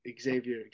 Xavier